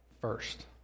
first